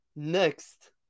Next